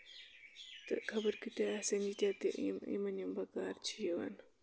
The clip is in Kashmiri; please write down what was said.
تہٕ خبر کۭتیاہ آسان ییٖتیاہ تہِ یِمن یِم بَکار چھِ یِوان